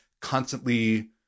constantly